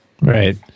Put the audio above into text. Right